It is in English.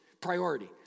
Priority